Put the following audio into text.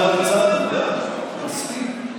מספיק.